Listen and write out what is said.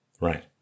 Right